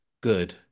good